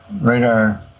radar